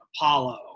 Apollo